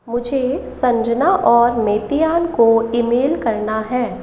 मुझे संजना और मेतिऑन को ईमेल करना है